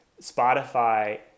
Spotify